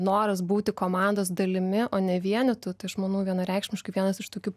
noras būti komandos dalimi o ne vienetu aš manau vienareikšmiškai vienas iš tokių